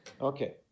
Okay